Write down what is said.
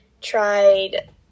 tried